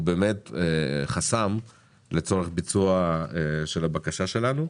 באמת חסם לצורך ביצוע של הבקשה שלנו.